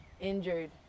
injured